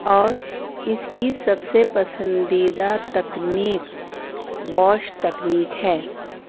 اور اس کی سب سے پسندیدہ تکنیک واش تکنیک ہے